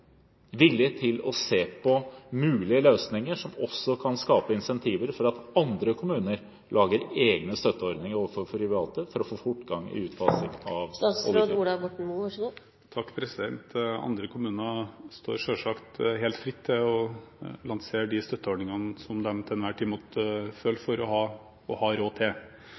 villig til å se på mulige løsninger som også kan skape insentiver for at andre kommuner lager egne støtteordninger overfor privatpersoner for å få fortgang i utfasingen av oljefyring? Andre kommuner står selvsagt helt fritt til å lansere de støtteordningene de til enhver tid måtte føle for og har råd til. Mitt ansvar er å legge til rette for – og